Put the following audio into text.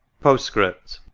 postscript.